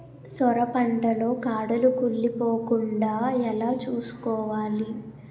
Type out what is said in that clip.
సొర పంట లో కాడలు కుళ్ళి పోకుండా ఎలా చూసుకోవాలి?